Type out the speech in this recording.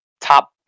top